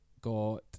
got